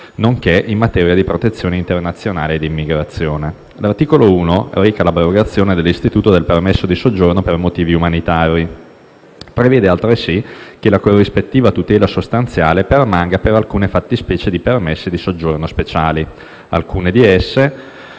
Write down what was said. nonché in materia di protezione internazionale e di immigrazione. L'articolo 1 reca l'abrogazione dell'istituto del permesso di soggiorno per motivi umanitari. Prevede altresì che la corrispettiva tutela sostanziale permanga per alcune fattispecie di permessi di soggiorno speciali. Alcune di esse